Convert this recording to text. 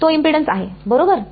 तो इम्पेडन्स आहे बरोबर